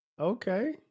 Okay